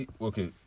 okay